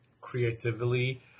creatively